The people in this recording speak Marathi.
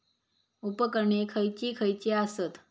उपकरणे खैयची खैयची आसत?